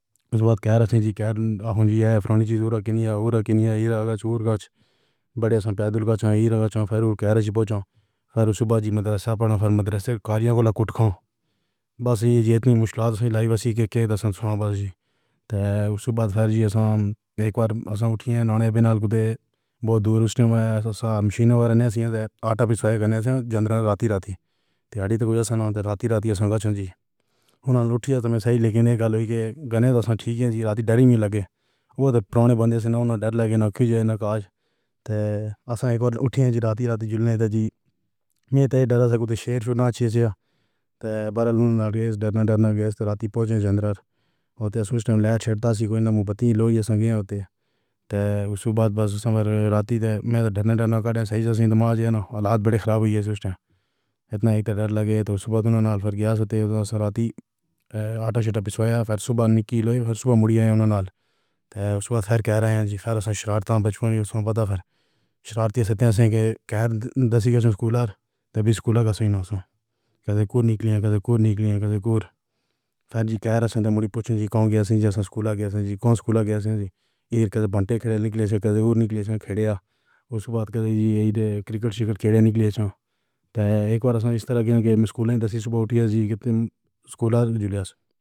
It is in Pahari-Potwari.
اُس وقت کہہ ہا اسیں جی کہل آہے ہوں جی۔ یہ پرانی اُڑ کِنّی ہے، اُڑ کِنّی ہے، ہیرا گچھ، اُڑ گچھ بڑے سنگ پیدل گچھاں، ہیرا گچھاں۔ پھر اُڑ کہڑی چ پہنچا۔ پھر اُس وقت بعد جی مدرسہ پڑھنا، پھر مدرسے کالیاں کولا کٹخاں بس جی اتنی مشکلاں سی لائف اسیں کے کہہ دسّن سوآں۔ بس جی تے اُس وقت پھر زندگی اک بار اسیں اُٹھیے نانے بنا کُتے بہت دُور اُس ٹائم اَیس مشین رینے سی آتا پِسایا کرنے جنڈراں راتی راتی تے اڑھی تے کوئی اَیسے راتی راتی اَیسے گچھ جی ہُن اَنل اُٹھیا تے میں صحیح لکھنے گَل ہوئی کے کنّے تُس ٹھیک ہاں جی۔ راتی ڈر ای لگے۔ اوٹے پرانے بندے سے نہ اُنہیں ڈر لگے نا کھے جائے ناکاج۔ تے اَیسے اک بار اُٹھے جی راتی راتی جلنے تے جی میں تو ڈرا کُتے شیر اَچّے سے تے بَرل۔ ہُن لاتے سے ڈرنا ڈرنا۔ گیس راتی فوجیوں زندہ ہوتے۔ سوچتے لہر چھیڑتا سی کوئی نمُو بتی لوریا سنگے ہوتے تے اُس وقت باسم بھر راتی تے میں تو ڈرنا ڈرنا کے آدمی ہونا حالت بڑے خراب ہوئیا سوچا۔ اِتنا ڈر لگے تو اُس وقت اُنہیں نال پھر گیا۔ سَتے تو راتی آٹا پِسایا۔ پھر صبح نِکی لی۔ صبح مُڑیا نال اُس وقت پھر کہہ رہے ہیں جی پھر اَیسے شرارتاں بچپن میں پتا پھر شرارتی سے اَیسے کے کہڑی دسّی گج سکول۔ تبھی سکول کس جانا۔ کدے کور نِکلی ہے، کدے کور نِکلی ہے، کدے کور۔ پھر جی کہہ رہا سندھو پُچھے جی کون کیا سیزن سکول گیا تھا؟ جی کون سکول گیا سنجی ایئر کدے بنٹے کھلاڑی نِکلے تو کدّی اُڑ نِکلے کھیڈےآ۔ اُس کے بعد کدّی ایہدے کرکٹ شِکار کھیلے نِکلے چھ۔ تے اک بار اِس طرح دے سکولں دسّی صبح اُٹھیا جی کہ تے سکول جُلیاس۔